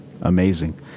amazing